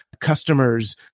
customer's